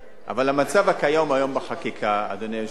אבל המצב הקיים היום בחקיקה, אדוני היושב-ראש,